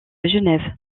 genève